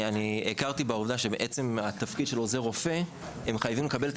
אני מכיר בעובדה שעוזרי רופא צריכים לקבל את